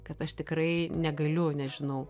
kad aš tikrai negaliu nežinau